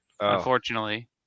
unfortunately